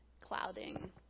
clouding